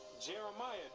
Jeremiah